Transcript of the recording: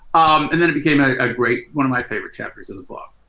and then it became a ah great one of my favorite chapters of the book.